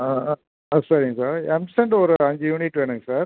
ஆ ஆ ஆ சேரிங்க சார் எம் சாண்டு ஒரு அஞ்சு யூனிட் வேணுங்க சார்